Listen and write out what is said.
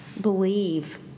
believe